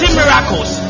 miracles